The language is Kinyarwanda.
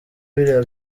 biriya